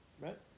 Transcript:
Right